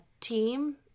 team